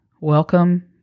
welcome